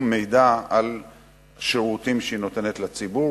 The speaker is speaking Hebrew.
מידע על שירותים שהיא נותנת לציבור,